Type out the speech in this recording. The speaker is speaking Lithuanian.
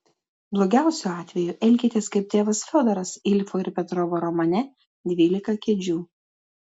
blogiausiu atveju elkitės kaip tėvas fiodoras ilfo ir petrovo romane dvylika kėdžių